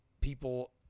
People